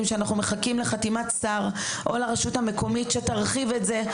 שאנחנו מחכים לחתימת שר או לרשות המקומית שתרחיב את זה.